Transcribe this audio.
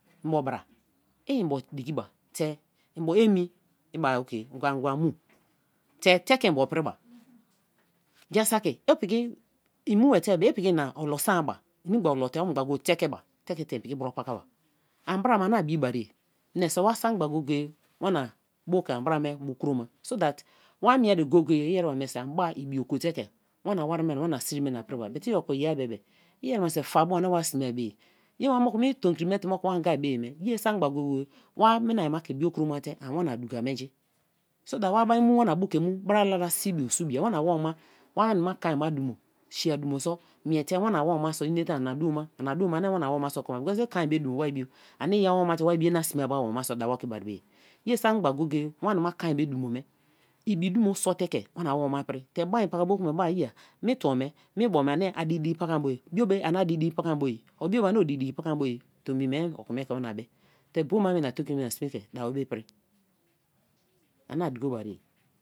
Mbo bra. mbo diki ba te mbo emi ibai oki ngura ngwa mu te teke mbo pri ba ja saki o piki. en muba te-i o piki ani olo siin-ba. inigba olo te o piki te ke ba. te ke te en piki bro paka ba. an bra me ani a bi barei meni so wa sak-gba go-go-e wana bu ke an bra me bo kro ma so that wa mie ye go-go-e ere ba menise an ba ibi o kowo te ke wani wari be na. wana siri ne na priba but i okon ye-a bebe. ereba menise fa bu ani wa sme be-e. ye-wa moku me tomkri me te moku wa anga bei me. ye sangba go-go-e wa minai ma ke bio kroma te ani wana duka menji so that wa bra wana bu ke mu bra lala sin bu su bia. wana awoma wa ena kon ba dumo shei dumo so miete wana-woma bo inete ana dumo ma. nna dumo na ani wana awoma so kin ba-a dumo because okon dumo wai bio ani-awoma te wai bio ine bne awoma so dawa oki bai me ye ye sat gba go-go-e wani ma kon be dumo me ibi dumo sor te ke wa-na-woma pri te ba eh paka bo kma en bei bai iyea me tuo me bo me ani a diki diki pakam bo ye. bio be ani a diki diki pakam bo ye or bio be ani o diki diki pakam bo ye. to mi men okon me ke omna bei te boma. me na tokni me na sme te ke da-be pri ani a duko bai-re